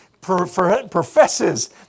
professes